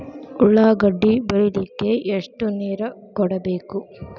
ಉಳ್ಳಾಗಡ್ಡಿ ಬೆಳಿಲಿಕ್ಕೆ ಎಷ್ಟು ನೇರ ಕೊಡಬೇಕು?